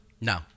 No